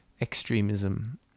extremism